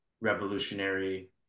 revolutionary